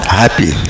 happy